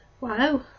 Wow